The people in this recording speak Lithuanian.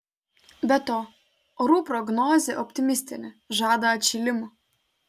be to orų prognozė optimistinė žada atšilimą